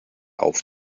auf